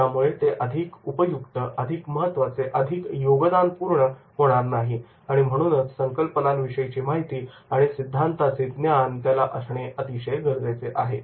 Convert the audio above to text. त्यामुळे ते अधिक उपयुक्त अधिक महत्त्वाचे अधिक योगदानपूर्ण होणार नाही आणि म्हणूनच संकल्पनांविषयीची माहिती आणि सिद्धांतांचे ज्ञान त्याला असणे अतिशय गरजेचे आहे